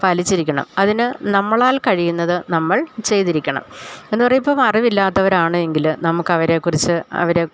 പാലിച്ചിരിക്കണം അതിന് നമ്മളാൽ കഴിയുന്നത് നമ്മൾ ചെയ്തിരിക്കണം എന്ന് പറയുമ്പോൾ ഇപ്പോൾ അറിവില്ലാത്തവരാണ് എങ്കില് നമുക്കവരെക്കുറിച്ച് അവര്